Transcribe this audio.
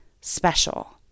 special